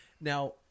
Now